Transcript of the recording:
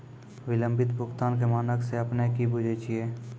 विलंबित भुगतान के मानक से अपने कि बुझै छिए?